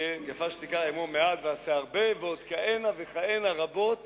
כן, אמור מעט ועשה הרבה, ועוד כהנה וכהנה רבות